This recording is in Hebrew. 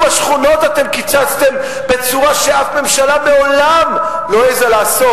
השכונות אתם קיצצתם בצורה שאף ממשלה מעולם לא העזה לעשות,